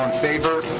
favor?